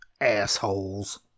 assholes